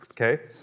okay